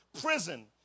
prison